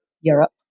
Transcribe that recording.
Europe